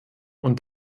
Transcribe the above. und